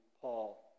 Paul